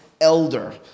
elder